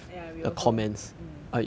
!aiya! we also mm